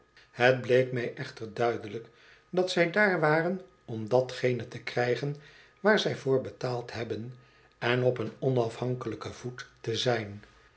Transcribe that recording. het bleek mij echter duidelijk dat zij daar waren om datgene te krijgen waar zij voor betaald hebben en op een onafhankelijken voet te zijn